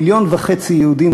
כמיליון וחצי יהודים,